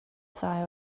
ddau